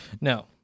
No